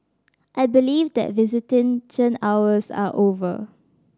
I believe that visitation hours are over